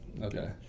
Okay